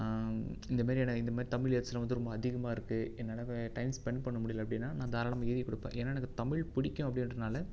இந்த மாதிரியான இந்த தமிழ் வேர்ட்ஸ்லாம் வந்து ரொம்ப அதிகமாக இருக்குது என்னால் டைம் சென்ட் பண்ண முடியலை அப்படின்னா நான் தாராளமாக எழுதி கொடுப்பேன் ஏன்னால் எனக்கு தமிழ் பிடிக்கும் அப்படின்றனால